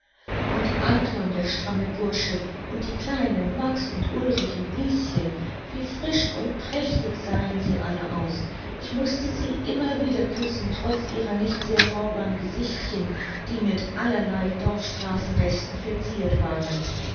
und anton der stramme bursche und die kleinen max und ulrich und lieschen wie frisch und prächtig sahen sie alle aus ich mußte sie immer wieder küssen trotz ihrer nicht sehr saubern gesichtchen die mit allerlei dorfstraßenresten verziert waren